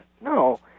No